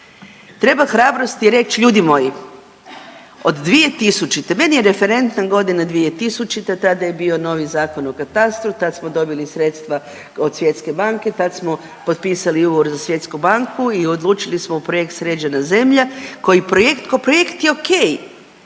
Treba hrabrosti reći, ljudi moji, od 2000., meni je referentna godina 2000., tada je bio novi Zakon o katastru, tad smo dobili sredstva od Svjetske banke, tad smo potpisali ugovor za Svjetsku banku i odlučili smo u projekt Sređena zemlja koji projekt kao